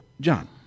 John